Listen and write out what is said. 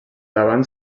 davant